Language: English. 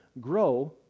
grow